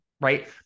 right